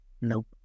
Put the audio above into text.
Nope